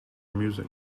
music